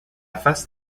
face